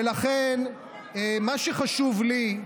ולכן מה שחשוב לי,